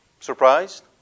Surprised